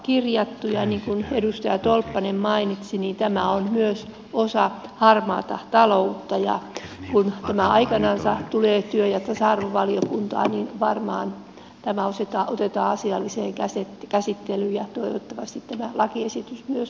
niin kuin edustaja tolppanen mainitsi niin tämä on myös osa harmaata taloutta ja kun tämä aikanansa tulee työ ja tasa arvovaliokuntaan niin varmaan tämä otetaan asialliseen käsittelyyn ja toivottavasti tämä lakiesitys myös menee läpi